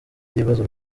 by’ibibazo